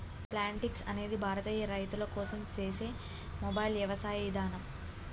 Plantix అనేది భారతీయ రైతుల కోసం సేసే మొబైల్ యవసాయ ఇదానం